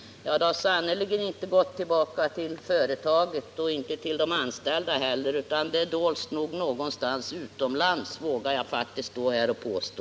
Det har sannerligen inte gått tillbaka till företaget, och inte till de anställda heller, utan det döljs nog någonstans utomlands; det vågar jag faktiskt stå här och påstå.